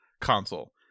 console